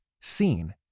seen